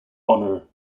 honor